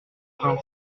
reims